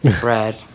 Brad